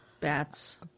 Bats